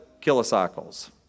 kilocycles